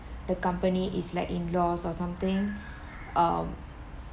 the company is like in loss or something um